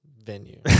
venue